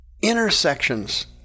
intersections